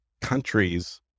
countries